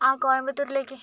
ആ കോയമ്പത്തൂരിലേക്ക്